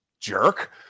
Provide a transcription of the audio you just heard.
Jerk